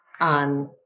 on